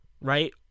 right